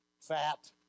fat